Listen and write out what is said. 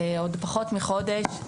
עוד פחות מחודש,